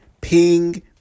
ping